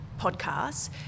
podcasts